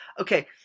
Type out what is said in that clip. Okay